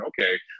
okay